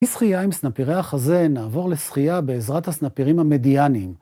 משחייה עם סנפירי החזה, נעבור לשחייה בעזרת הסנפירים המדיאנים.